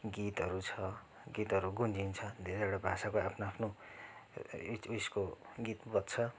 गीतहरू छ गीतहरू गुन्जिन्छ धेरैवटा भाषाको आफ्नो आफ्नो उयसको गीत बज्छ